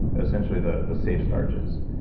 essentially the the safe starches.